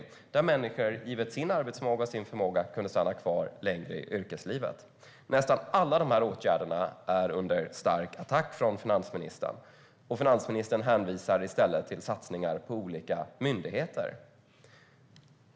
Där kunde människor givet sin arbetsförmåga och sin förmåga stanna kvar längre i yrkeslivet. Nästan alla de här åtgärderna är under stark attack från finansministern. Finansministern hänvisar i stället till satsningar på olika myndigheter.